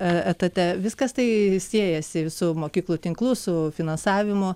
etate viskas tai siejasi su mokyklų tinklu su finansavimu